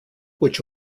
which